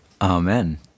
Amen